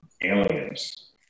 Aliens